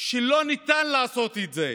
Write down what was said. שלא ניתן לעשות את זה.